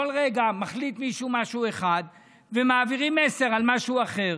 כל רגע מחליט מישהו משהו אחד ומעבירים מסר על משהו אחר.